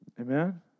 Amen